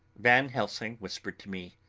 van helsing whispered to me